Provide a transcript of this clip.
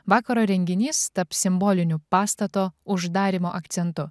vakaro renginys taps simboliniu pastato uždarymo akcentu